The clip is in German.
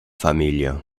familie